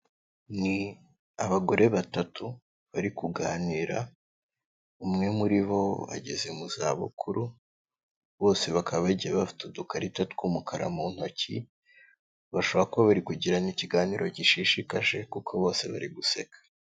Ni abagore batatu bari kuganira umwe muri bo ageze mu zabukuru, bose bakaba bagiye bafite udukarita tw'umukara mu ntoki, bashobora kuba bari kugirana ikiganiro gishishikaje kuko bose bari guseka.